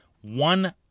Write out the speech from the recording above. one